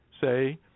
say